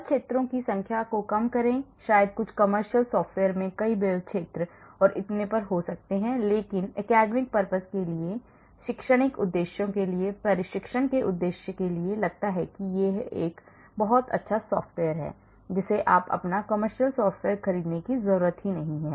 बल क्षेत्रों की संख्या को कम करें शायद कुछ commercial software में कई बल क्षेत्र और इतने पर हो सकते हैं लेकिन academic purposes के लिए शिक्षण उद्देश्यों के लिए प्रशिक्षण के उद्देश्य Iलगता है कि यह एक बहुत अच्छा सॉफ्टवेयर है जिसे आपको अपना commercial software खरीदने की ज़रूरत नहीं है